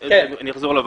נכון.